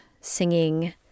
singing